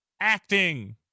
acting